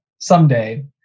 someday